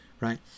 Right